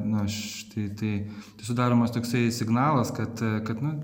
na štai tai tai sudaromas toksai signalas kad kad nu